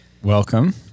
Welcome